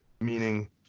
Meaning